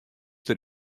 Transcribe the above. der